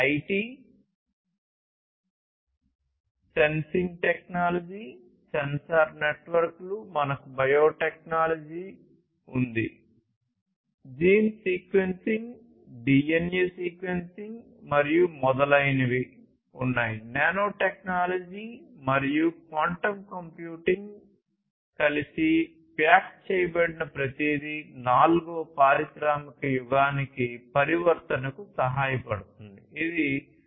IT sensing technology sensor నెట్వర్క్లు మనకు biotechnology ఉంది జీన్ సీక్వెన్సింగ్ డిఎన్ఎ సీక్వెన్సింగ్ మరియు మొదలైనవి నానోటెక్నాలజీ మరియు క్వాంటం కంప్యూటింగ్ కలిసి ప్యాక్ చేయబడిన ప్రతిదీ నాల్గవ పారిశ్రామిక యుగానికి పరివర్తనకు సహాయపడుతుంది ఇది పరిశ్రమ 4